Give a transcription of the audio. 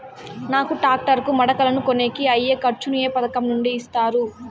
నాకు టాక్టర్ కు మడకలను కొనేకి అయ్యే ఖర్చు ను ఏ పథకం నుండి ఇస్తారు?